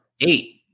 Eight